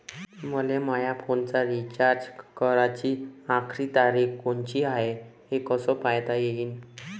मले माया फोनचा रिचार्ज कराची आखरी तारीख कोनची हाय, हे कस पायता येईन?